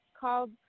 called